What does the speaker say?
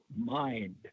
mind